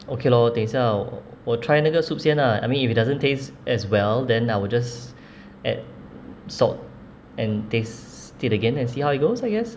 okay lor 等一下我 try 那个 soup 先啊 I mean if it doesn't taste as well then I will just add salt and taste it again and see how it goes I guess